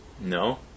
No